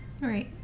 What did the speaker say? Right